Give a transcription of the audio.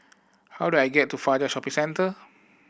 how do I get to Fajar Shopping Centre